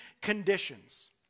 conditions